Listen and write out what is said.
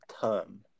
term